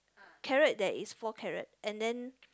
carrot there is four carrot and then